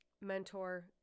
mentor